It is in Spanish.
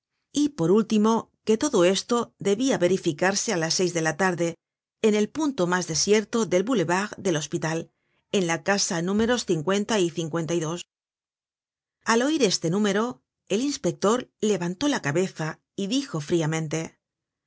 y por último que todo esto debia verificarse á las seis de la tarde en el punto mas desierto del boulevard del hospital en la casa números y al oir este número el inspector levantó la cabeza y dijo friamente